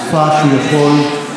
זו שפה שהוא יכול,